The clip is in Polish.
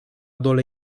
dole